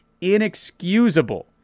inexcusable